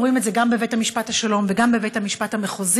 אנחנו רואים את זה גם בבית משפט השלום וגם בבית המשפט המחוזי,